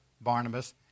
Barnabas